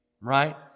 right